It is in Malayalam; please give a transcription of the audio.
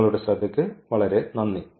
നിങ്ങളുടെ ശ്രദ്ധയ്ക്ക് വളരെ നന്ദി